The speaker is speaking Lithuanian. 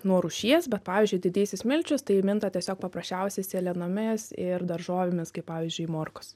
nuo rūšies bet pavyzdžiui didysis milčius tai minta tiesiog paprasčiausiai sėlenomis ir daržovėmis kaip pavyzdžiui morkos